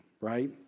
right